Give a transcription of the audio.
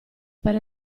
per